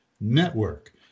network